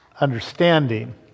understanding